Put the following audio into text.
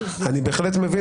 אני בהחלט מבין.